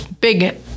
big